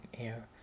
air